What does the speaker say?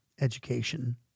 education